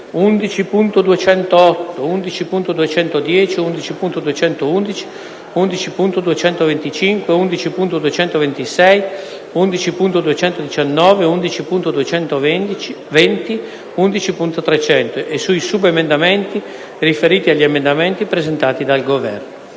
11.208, 11.210, 11.211, 11.225, 11.226, 11.219, 11.220, 11.300 e sui subemendamenti riferiti agli emendamenti presentati dal Governo».